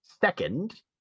second